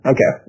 Okay